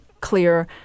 clear